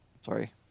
sorry